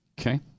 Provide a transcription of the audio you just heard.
Okay